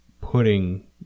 putting